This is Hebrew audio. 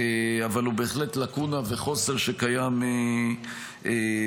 אבל הוא בהחלט לקונה וחוסר שקיים בחוק.